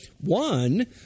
one